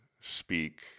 speak